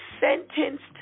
sentenced